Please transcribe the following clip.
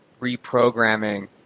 reprogramming